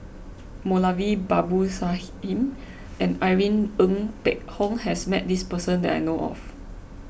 Moulavi Babu Sahib and Irene Ng Phek Hoong has met this person that I know of